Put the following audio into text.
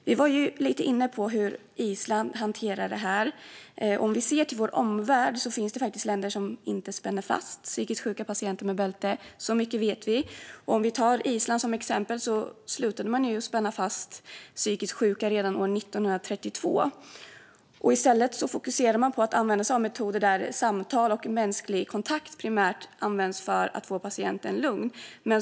Fru talman! Vi var lite inne på hur Island hanterar detta. Om vi ser på vår omvärld ser vi att det faktiskt finns länder som inte spänner fast psykiskt sjuka patienter med bälte. Så mycket vet vi. Vi kan ta Island som exempel. Där slutade man spänna fast psykiskt sjuka redan år 1932. I stället fokuserar man på att använda sig av metoder där samtal och mänsklig kontakt primärt används för att få patienten lugn.